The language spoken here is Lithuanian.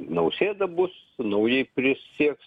nausėda bus naujai prisieks